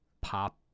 pop